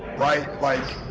right, like